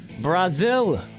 Brazil